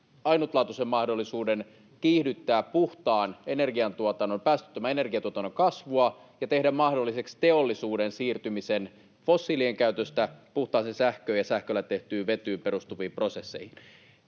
ainutlaatuisen mahdollisuuden kiihdyttää puhtaan, päästöttömään energiatuotannon kasvua ja tehdä mahdolliseksi teollisuuden siirtymisen fossiilien käytöstä puhtaaseen sähköön ja sähköllä tehtyyn vetyyn perustuviin prosesseihin.